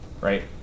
right